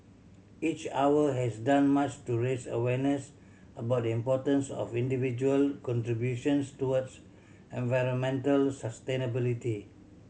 each Hour has done much to raise awareness about the importance of individual contributions towards environmental sustainability